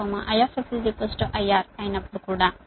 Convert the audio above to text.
ఇప్పుడు x 0 I IR అయినప్పుడు కూడా